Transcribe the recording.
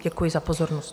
Děkuji za pozornost.